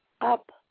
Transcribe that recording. up